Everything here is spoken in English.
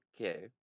okay